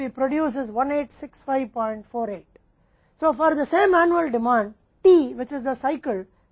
अब प्रति चक्र की कुल उत्पादन मात्रा का क्या होता है जब हम उत्पादन करने वाली मात्रा को 186548 पर वापस करने की अनुमति देते हैं